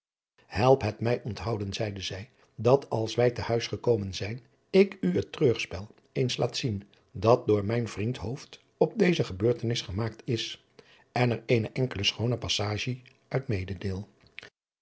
help het mij onthouden zeide zij dat als wij te huis gekomen zijn ik u het treurspel eens laat zien dat door mijn vriend hooft op deze gebeurtenis gemaakt is en er eene enkele schoone passagie uit